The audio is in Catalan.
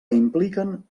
impliquen